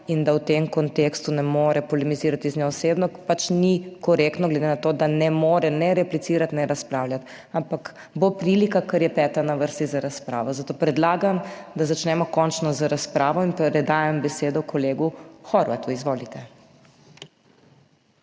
in da v tem kontekstu ne more polemizirati z njo osebno, pač ni korektno, glede na to, da ne more ne replicirati ne razpravljati, ampak bo prilika, ker je peta na vrsti za razpravo, zato predlagam, da začnemo končno z razpravo in predajam besedo kolegu Horvatu. Izvolite.